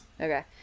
Okay